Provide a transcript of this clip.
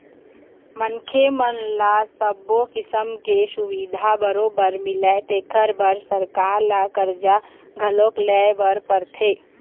मनखे मन ल सब्बो किसम के सुबिधा बरोबर मिलय तेखर बर सरकार ल करजा घलोक लेय बर परथे